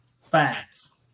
fast